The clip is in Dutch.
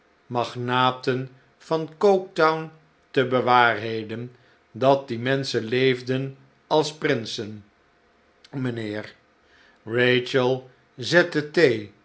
magnaten vancoketown te bewaarheden dat die menschen leefden als prinsen mijnheer rachel zette thee